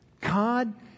God